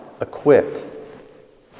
equipped